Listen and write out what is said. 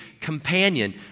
companion